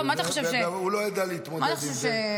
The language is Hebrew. מה אתה חושב --- הוא לא ידע להתמודד עם זה.